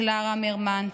קלרה מרמן,